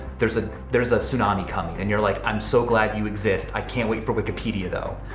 there's ah there's a tsunami coming. and you're like, i'm so glad you exist. i can't wait for wikipedia though.